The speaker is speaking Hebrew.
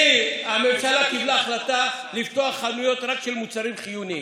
הממשלה קיבלה החלטה לפתוח רק חנויות של מוצרים חיוניים.